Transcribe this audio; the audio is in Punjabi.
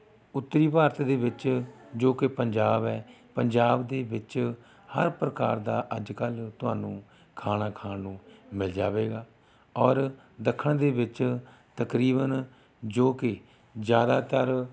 ਉੱਤਰੀ ਭਾਰਤ ਦੇ ਵਿੱਚ ਜੋ ਕਿ ਪੰਜਾਬ ਹੈ ਪੰਜਾਬ ਦੇ ਵਿੱਚ ਹਰ ਪ੍ਰਕਾਰ ਦਾ ਅੱਜ ਕੱਲ੍ਹ ਤੁਹਾਨੂੰ ਖਾਣਾ ਖਾਣ ਨੂੰ ਮਿਲ ਜਾਵੇਗਾ ਔਰ ਦੱਖਣ ਦੇ ਵਿੱਚ ਤਕਰੀਬਨ ਜੋ ਕਿ ਜ਼ਿਆਦਾਤਰ